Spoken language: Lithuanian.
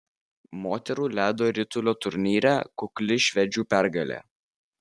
moterų ledo ritulio turnyre kukli švedžių pergalė